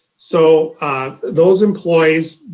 so those employees,